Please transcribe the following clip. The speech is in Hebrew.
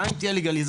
גם אם תהיה לגליזציה,